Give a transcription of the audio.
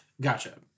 Gotcha